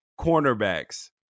cornerbacks